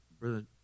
brother